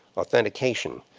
authentication,